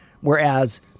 Whereas